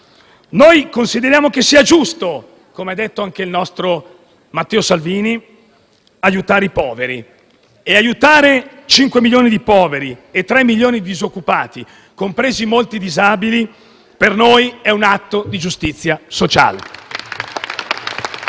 Noi consideriamo che sia giusto, come ha detto anche il nostro Matteo Salvini, aiutare i poveri e aiutare cinque milioni di poveri e tre milioni di disoccupati, compresi molti disabili: per noi è un atto di giustizia sociale.